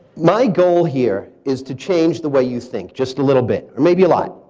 my goal here is to change the way you think, just a little bit, or maybe a lot.